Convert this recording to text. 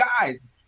guys